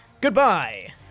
Goodbye